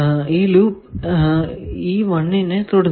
ഈ ലൂപ് ഈ 1 നെ തൊടുന്നില്ല